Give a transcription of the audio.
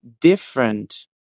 different